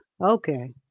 Okay